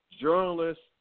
journalists